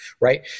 right